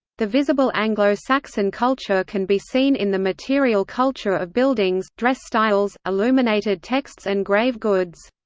the visible anglo-saxon culture can be seen in the material culture of buildings, dress styles, illuminated texts and grave goods.